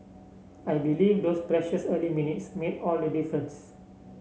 I believe those precious early minutes made all the difference